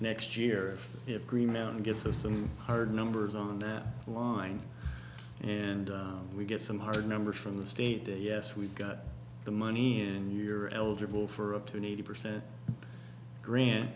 next year if you have green mountain gives us some hard numbers on that line and we get some hard numbers from the state yes we've got the money and you're eligible for up to eighty percent gr